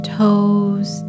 toes